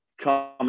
come